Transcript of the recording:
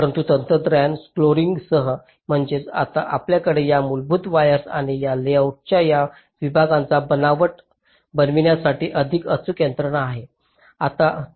परंतु तंत्रज्ञान स्केलिंगसह म्हणजेच आता आपल्याकडे या मूलभूत वायर्स आणि या लेआउटच्या या विभागांना बनावट बनविण्यासाठी अधिक अचूक यंत्रणा आहे